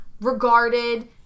regarded